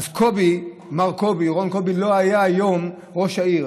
אז מר רון קובי לא היה היום ראש העירייה.